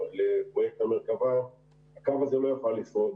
לפרויקט המרכבה הקו הזה לא יוכל לשרוד.